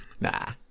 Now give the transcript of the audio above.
Nah